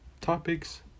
Topics